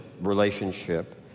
relationship